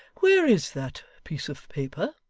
where is that piece of paper